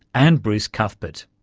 and bruce cuthbert.